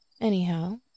Anyhow